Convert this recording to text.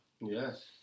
Yes